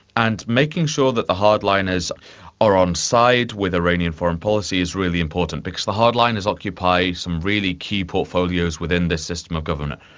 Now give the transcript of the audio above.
and making sure that the hardliners are on side with iranian foreign policy is really important because the hardliners occupy some really key portfolios within this system of government.